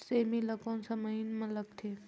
सेमी ला कोन सा महीन मां लगथे?